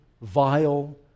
vile